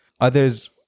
Others